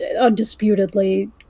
undisputedly